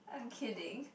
I'm kidding